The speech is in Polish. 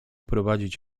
prowadzić